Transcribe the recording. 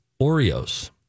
Oreos